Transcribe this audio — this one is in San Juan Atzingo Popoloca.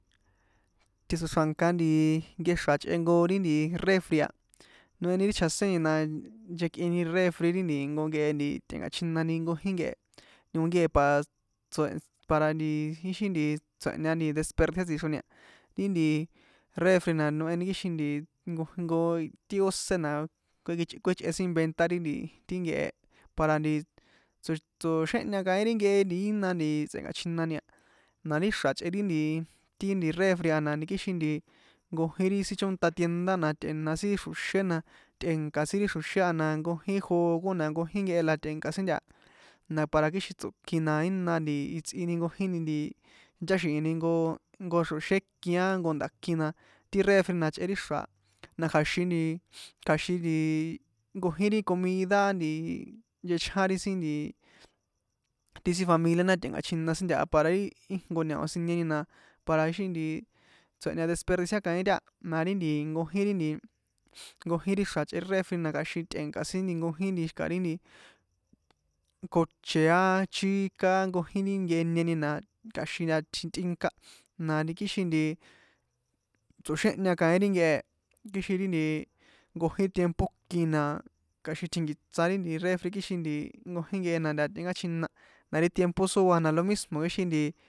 Tjetso̱xrjanka nti nkexra̱ chꞌe jnko ri nti refrei a noheni ri chjaseni na nchekꞌini refri ri nti jnko nkehe tꞌe̱nkachjinani jnkojin nkehe jnko nkehe pa tso para ixi nti tsoe̱hña desperdiciar tsixro ni a ni ti nti refri na noheni kixin nti jnkojnko ti ósé na kuichꞌe sin inventar ri nti ti nkehe e para nti tso tsoxéhña kaín ri nhe jina tsꞌe̱nkachjinani a na ri xra̱ chꞌe ri refri a na kixin nti nkojín ri sin chónta tienda na tꞌe̱na sin xro̱xé na tꞌe̱nka sin xro̱xé na nkojín jugo na nkojin nkehe la tꞌe̱nka sin ntaha na para kixin tso̱kin na ina nti itsꞌini nkojini nti ticháxi̱hin jnko jnko xro̱xé ikin á jnko nda̱kin na ti refri na ichꞌe ti ixra̱ a na kja̱xin kja̱xin nti nkojín ri comida nti nchechján ri sin nti ti sin familia ndá tꞌe̱nka̱chjina sin taha para íjnko ñao sinieni na para ixi nti tsoehña desperdiciar kaín taha na ri nti nkojín ri nti nkojin ri nti ixra̱ ichꞌe ri refri na tꞌe̱nka sin xi̱ka ri nti koche áaa chika aa nkojin ri nkeh ee inieni na kja̱xin ntaha tꞌinka na nti kixin nti tso̱xéhña kaín ti nkehe e kixin ri nti nkojin tiempo iki na kjaxin tjinkiṭsa ri refri kixin nkojin nkehe na ntaha tꞌinkachjina na ri tiempo sóá na lo mismo ixi nti.